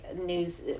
news